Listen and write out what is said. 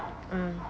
um